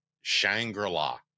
shangri-la